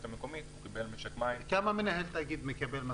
המקומית וקיבל --- כמה מנהל תאגיד מקבל משכורת?